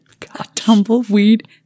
tumbleweed